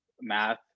math